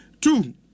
Two